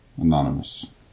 Anonymous